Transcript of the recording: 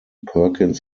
perkins